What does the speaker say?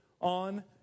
on